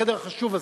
בחדר החשוב הזה,